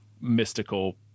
mystical